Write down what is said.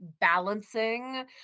balancing